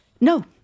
No